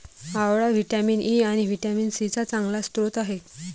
आवळा vitamin E आणि vitamin C चा चांगला स्रोत आहे